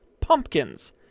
pumpkins